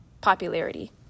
popularity